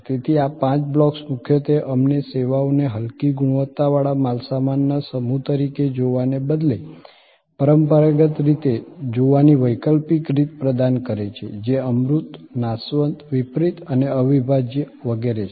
તેથી આ પાંચ બ્લોક્સ મુખ્યત્વે અમને સેવાઓને હલકી ગુણવત્તાવાળા માલસામાનના સમૂહ તરીકે જોવાને બદલે પરંપરાગત રીતે જોવાની વૈકલ્પિક રીત પ્રદાન કરે છે જે અમૂર્ત નાશવંત વિપરીત અને અવિભાજ્ય વગેરે છે